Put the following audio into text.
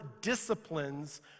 disciplines